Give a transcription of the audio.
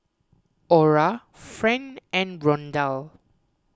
Ora Friend and Rondal